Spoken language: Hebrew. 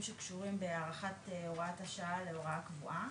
שקשורים בהארכת הוראת השעה להוראה קבועה.